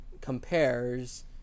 compares